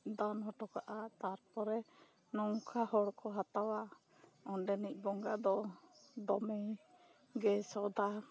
ᱫᱟᱱ ᱦᱚᱴᱚ ᱠᱟᱜᱼᱟ ᱛᱟᱨᱯᱚᱨᱮ ᱱᱚᱝᱠᱟ ᱦᱚᱲᱠᱚ ᱦᱟᱛᱟᱣᱟ ᱚᱸᱰᱮ ᱱᱤᱜ ᱵᱚᱸᱜᱟ ᱫᱚ ᱫᱚᱢᱮ ᱜᱮ ᱥᱚᱛᱟ